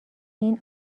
این